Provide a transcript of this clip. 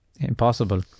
impossible